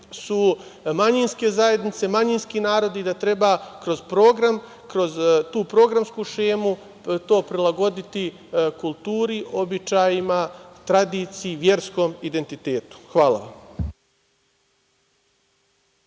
su manjinske zajednice, manjinski narod i da treba kroz program, kroz tu programsku šemu to prilagoditi kulturi, običajima, tradiciji, verskom identitetu. Hvala.